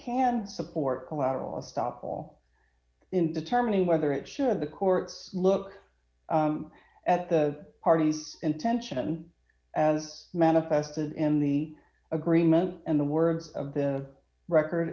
can support collateral estoppel in determining whether it should the courts look at the parties intention as manifested in the agreement and the words of the record